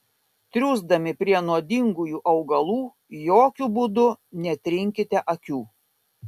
triūsdami prie nuodingųjų augalų jokiu būdu netrinkite akių